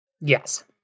Yes